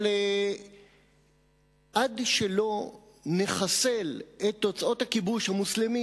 אבל עד שלא נחסל את תוצאות הכיבוש המוסלמי,